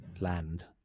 land